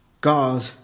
God